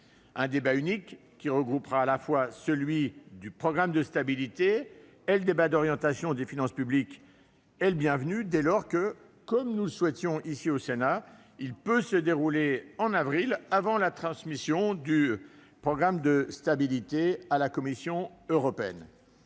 Le débat unique qui regroupera à la fois celui sur le programme de stabilité et le débat d'orientation des finances publiques est également bienvenu, dès lors que, comme le souhaitait, là encore, le Sénat, il peut se dérouler en avril, avant la transmission du programme de stabilité à la Commission européenne.